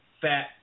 fat